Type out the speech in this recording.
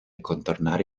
contornare